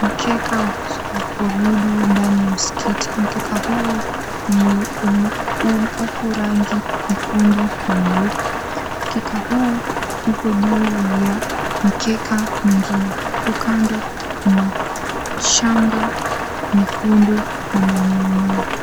Mkeka wa kuabudu ndani ya msikiti. Mkeka huu uko rangi nyekundu na nyeupe. Mkeka huu uko juu mwingine, huku kando kuna shanga nyekundu na manyoyanyoya.